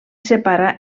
separa